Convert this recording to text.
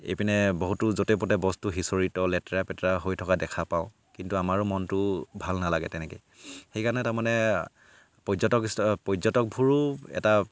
এইপিনে বহুতো য'তে পতে বস্তু সিঁচৰতি লেতেৰা পেতেৰা হৈ থকা দেখা পাওঁ কিন্তু আমাৰো মনটো ভাল নালাগে তেনেকৈ সেইকাৰণে তাৰমানে পৰ্যটক ইছ্ পৰ্যটকবোৰো এটা